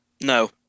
No